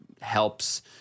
helps